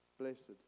blessed